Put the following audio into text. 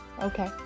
Okay